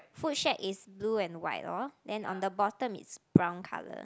food shack is blue and white lor then on the bottom it's brown colour